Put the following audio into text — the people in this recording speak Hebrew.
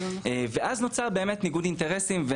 ואז נוצר ניגוד אינטרסים.